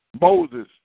Moses